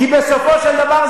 כי בסופו של דבר,